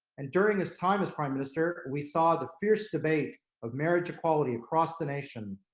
and during his time as prime minister, we saw the fierce debate of marriage equality across the nation,